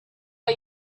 are